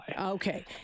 Okay